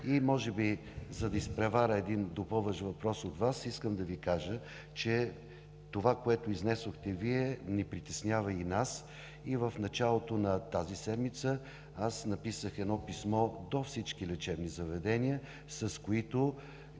закон. За да изпреваря един допълващ въпрос от Вас, искам да Ви кажа, че това, което изнесохте Вие, ни притеснява и нас. В началото на седмицата написах писмо до всички лечебни заведения, с които